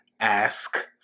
ask